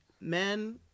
Men